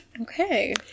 Okay